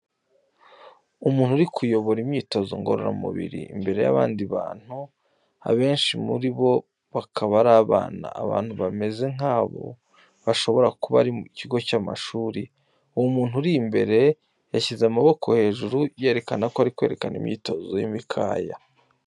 Umuntu uri kuyobora imyitozo ngororamubiri imbere y’abandi bantu. Abenshi muri bo bakaba ari abana, ahantu hameze nkaho hashobora kuba ari ikigo cy’amashuri. Uwo muntu uri imbere, yashyize amaboko hejuru, yerekana ko ari kwerekana imyitozo y’imikaya.